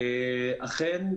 אכן,